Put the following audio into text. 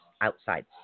outside